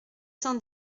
cent